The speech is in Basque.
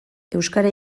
euskara